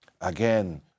Again